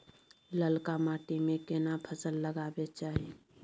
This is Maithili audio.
ललका माटी में केना फसल लगाबै चाही?